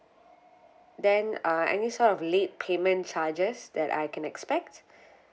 then uh any sort of late payment charges that I can expect